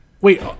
wait